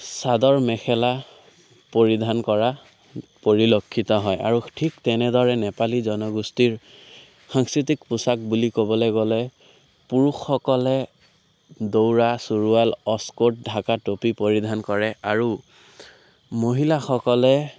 চাদৰ মেখেলা পৰিধান কৰা পৰিলক্ষিত হয় আৰু ঠিক তেনেদৰে নেপালী জনগোষ্ঠীৰ সাংস্কৃতিক পোচাক বুলি ক'বলৈ গ'লে পুৰুষসকলে দৌৰা চোৰোৱাল অক্সকোট ঢাকা টুপি পৰিধান কৰে আৰু মহিলাসকলে